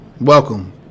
welcome